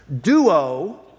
duo